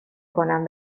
کنم